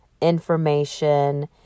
information